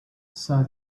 saw